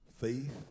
faith